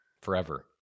Forever